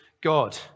God